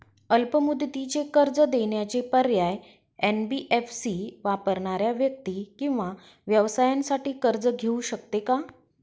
अल्प मुदतीचे कर्ज देण्याचे पर्याय, एन.बी.एफ.सी वापरणाऱ्या व्यक्ती किंवा व्यवसायांसाठी कर्ज घेऊ शकते का?